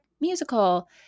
musical